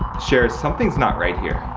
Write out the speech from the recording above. sharers something's not right here.